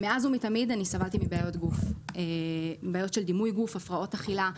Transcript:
מאז ותמיד סבלתי מבעיות של דימוי גוף והפרעות אכילה.